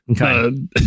Okay